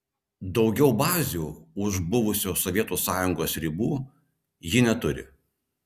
daugiau bazių už buvusios sovietų sąjungos ribų ji neturi